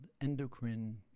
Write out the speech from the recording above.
endocrine